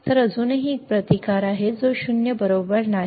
तर अजूनही एक प्रतिकार आहे तो 0 बरोबर नाही